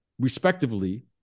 respectively